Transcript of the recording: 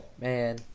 Man